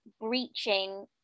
breaching